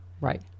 right